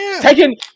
Taking